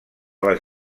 les